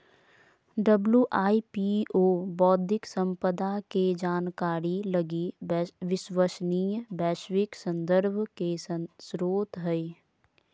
WIPO बौद्धिक संपदा के जानकारी लगी विश्वसनीय वैश्विक संदर्भ के स्रोत हइ